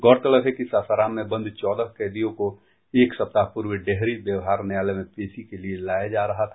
गौरतलब है कि सासाराम में बंद चौदह कैदियों को एक सप्ताह पूर्व डेहरी व्यवहार न्यायालय पेश के लिए लाया जा रहा था